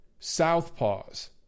Southpaws